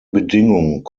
bedingung